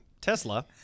Tesla